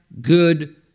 good